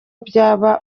byaba